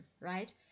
right